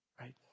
Right